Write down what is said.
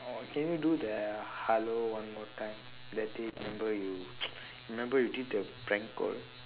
oh can you do the hello one more time that day remember you remember you did the prank call